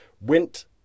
went